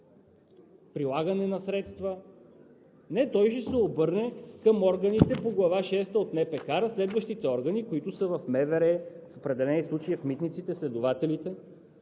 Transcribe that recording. прилагане на средства? Не, той ще се обърне към органите по Глава шеста от НПК – разследващите органи, които са в МВР, в определени случаи в Митниците, следователите.